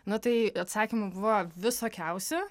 nu tai atsakymų buvo visokiausių